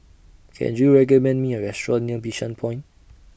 Can YOU recommend Me A Restaurant near Bishan Point